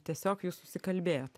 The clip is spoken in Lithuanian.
tiesiog jūs susikalbėjot